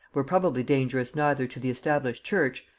were probably dangerous neither to the established church,